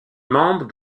membre